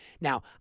Now